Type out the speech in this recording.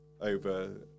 over